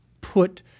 put